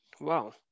Wow